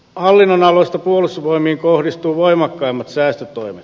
hallinnonaloista puolustusvoimiin kohdistuu voimakkaimmat säästötoimet